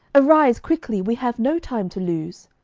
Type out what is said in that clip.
arise quickly, we have no time to lose